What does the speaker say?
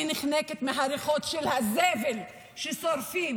אני נחנקת מהריחות של הזבל ששורפים